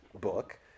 book